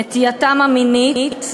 נטייתם המינית,